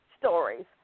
stories